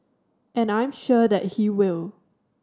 and I'm sure that he will